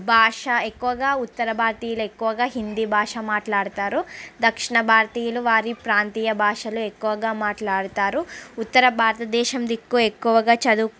భాష ఎక్కువగా ఉత్తర భారతీయులు ఎక్కువగా హిందీ భాష మాట్లాడతారు దక్షణ భారతీయులు వారి ప్రాంతీయ భాషలే ఎక్కువగా మాట్లాడతారు ఉత్తర భారతదేశం దిక్కు ఎక్కువగా చదువు